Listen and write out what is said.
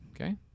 Okay